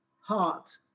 heart